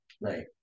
right